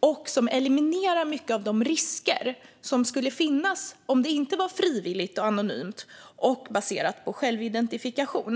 och eliminerar mycket av de risker som skulle finnas om det inte var frivilligt, anonymt och baserat på självidentifikation.